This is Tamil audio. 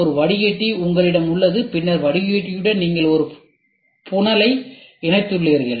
ஒரு வடிகட்டியுடன் நீங்கள் ஒரு புனலை இணைத்துள்ளீர்கள்